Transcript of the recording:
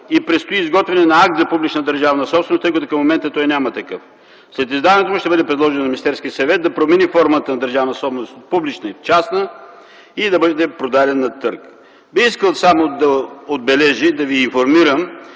предстои изготвяне на акт за публична държавна собственост, тъй като до момента той няма такъв. След издаването му ще бъде предложено на Министерския съвет да промени формата на държавна собственост от публична в частна и да бъде продаден на търг. Бих искал само да отбележа и да ви информирам,